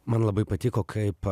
man labai patiko kaip